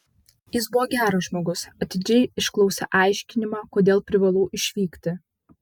jis buvo geras žmogus atidžiai išklausė aiškinimą kodėl privalau išvykti